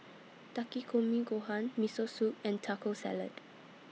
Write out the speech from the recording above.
Takikomi Gohan Miso Soup and Taco Salad